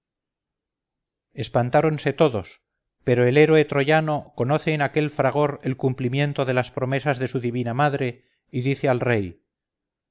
espantáronse todos pero el héroe troyano conoce en aquel fragor el cumplimiento de las promesas de su divina madre y dice al rey